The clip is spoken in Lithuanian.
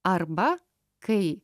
arba kai